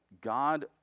God